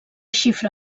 xifra